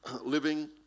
living